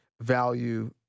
value